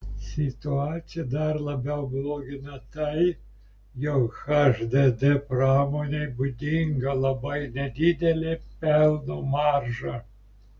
situaciją dar labiau blogina tai jog hdd pramonei būdinga labai nedidelė pelno marža